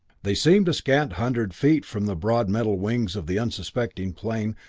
they seemed a scant hundred feet from the broad metal wings of the unsuspecting plane,